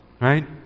right